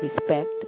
respect